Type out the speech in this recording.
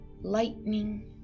lightning